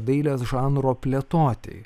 dailės žanro plėtotei